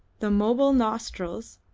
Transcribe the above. the mobile nostrils,